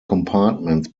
compartments